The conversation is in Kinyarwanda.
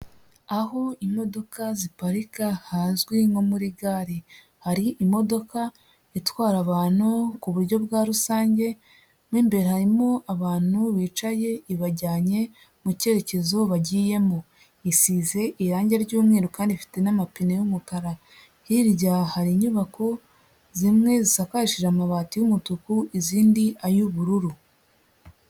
Aho imodoka ziparika hazwi nko muri gare, hari imodoka itwara abantu ku buryo bwa rusange mu imbere harimo abantu bicaye ibajyanye mu cyerekezo bagiyemo, isize irangi ry'umweru kandi ifite n'amapine y'umukara, hirya hari inyubako zimwe zisakarishije amabati y'umutuku izindi ay'ubururu.